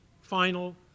final